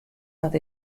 dat